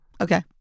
okay